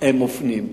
הם מופנים.